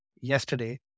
yesterday